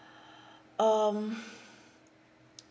um